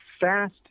fast